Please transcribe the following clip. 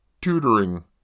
tutoring